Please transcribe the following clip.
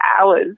hours